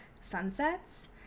sunsets